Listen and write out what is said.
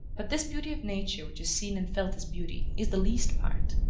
but this beauty of nature which is seen and felt as beauty, is the least part.